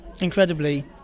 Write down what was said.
Incredibly